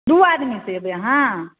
दू आदमीसँ एबै अहाँ